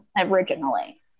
originally